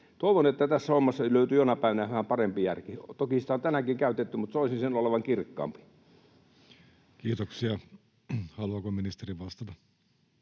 Toivon, että tässä hommassa löytyy jonain päivänä vähän parempi järki. Toki sitä on tänäänkin käytetty, mutta soisin sen olevan kirkkaampi. [Speech 168] Speaker: Jussi